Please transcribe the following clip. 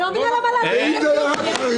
אני אומר לך --- למה להפוך את זה רק לחרדים?